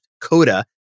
Coda